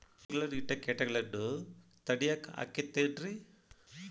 ಬೋನ್ ಗಳನ್ನ ಇಟ್ಟ ಕೇಟಗಳನ್ನು ತಡಿಯಾಕ್ ಆಕ್ಕೇತೇನ್ರಿ?